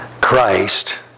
Christ